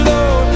Lord